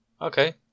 Okay